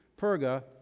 Perga